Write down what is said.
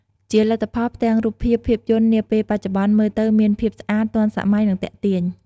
ជាលទ្ធផល ផ្ទាំងរូបភាពភាពយន្តនាពេលបច្ចុប្បន្នមើលទៅមានភាពស្អាត ទាន់សម័យ និងទាក់ទាញ។